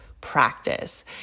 practice